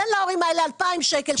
תן להורים האלה 2,000 שקל,